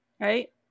right